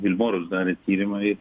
vilmorus darė tyrimą ir